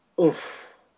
Oof